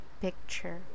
picture